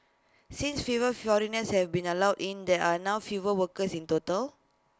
since fewer foreigners have been allowed in there are now fewer workers in total